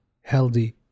healthy